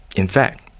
in fact,